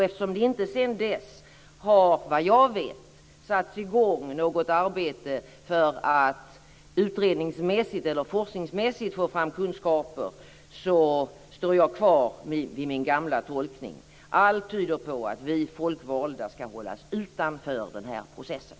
Eftersom det sedan dess inte, såvitt jag vet, har satts i gång något arbete för att utrednings eller forskningsmässigt få fram kunskaper, står jag fast vid min gamla tolkning. Allt tyder på att vi folkvalda skall hållas utanför den här processen.